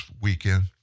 weekend